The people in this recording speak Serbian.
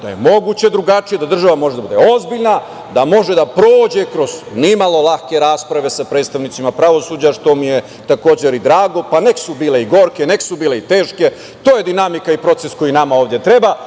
da je moguće drugačije, da država može da bude ozbiljna, da može da prođe kroz nimalo lake rasprave sa predstavnicima pravosuđa, što mi je takođe i drago, pa nek su bile i gorke, nek su bile i teške. To je dinamika i proces koji nama ovde treba.